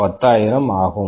10000 ஆகும்